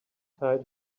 tied